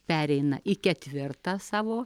pereina į ketvirtą savo